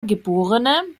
geb